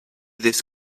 this